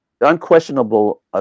unquestionable